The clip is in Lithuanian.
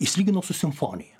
jis lygino su simfonija